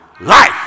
life